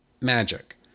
magic